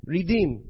Redeem